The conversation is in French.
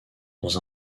dans